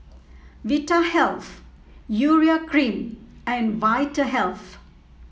Vitahealth Urea Cream and Vitahealth